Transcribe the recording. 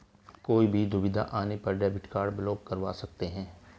कोई भी दुविधा आने पर डेबिट कार्ड ब्लॉक करवा सकते है